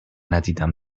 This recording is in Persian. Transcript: ندیدم